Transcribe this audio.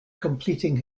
completing